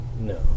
No